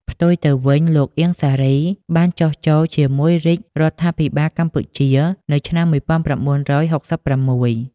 ផ្ទុយទៅវិញ លោកអៀង សារី បានចុះចូលជាមួយរាជ រដ្ឋាភិបាលកម្ពុជានៅឆ្នាំ១៩៩៦ ។